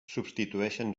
substitueixen